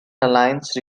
alliance